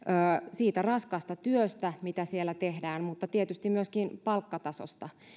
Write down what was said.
siitä raskaasta työstä mitä siellä tehdään mutta tietysti myöskin palkkatasosta